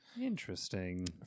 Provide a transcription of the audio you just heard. Interesting